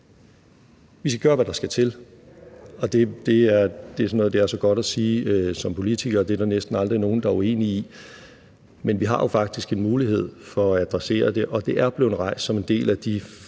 der skal til, og det er sådan noget, der er så godt at sige som politiker, for det er der næsten aldrig nogen der er uenige i, men vi har jo faktisk en mulighed for at adressere det, og det er blevet rejst som en del af de